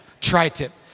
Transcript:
Tri-tip